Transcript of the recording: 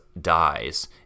dies